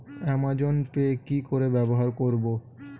Amazon Pay কি করে ব্যবহার করব?